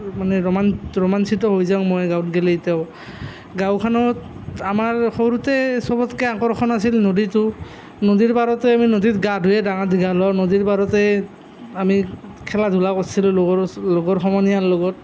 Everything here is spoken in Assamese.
মানে ৰোমান ৰোমাঞ্চিত হৈ যাওঁ মই গাঁৱত গলে এতিয়াও গাঁওখনত আমাৰ সৰুতে চবতকে আকৰ্ষণ আছিল নদীটো নদীৰ পাৰতে আমি নদীত গা ধুইয়ে ডাঙৰ দীঘল হ'লোঁ নদীৰ পাৰতে আমি খেলা ধূলা কৰিছিলোঁ লগৰ লগৰ সমনীয়াৰ লগত